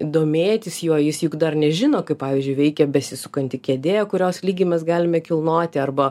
domėtis juo jis juk dar nežino kaip pavyzdžiui veikia besisukanti kėdė kurios lygį mes galime kilnoti arba